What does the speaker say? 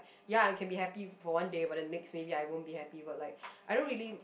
ya I can happy for one day but the next maybe I won't be happy but like I don't really